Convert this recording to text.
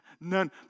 None